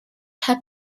have